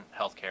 healthcare